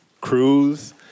crews